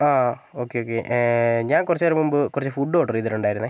okay okay ഞാൻ കുറച്ചുനേരം മുൻപ് കുറച്ച് ഫുഡ് ഓർഡർ ചെയ്തിട്ടുണ്ടായിരുന്നു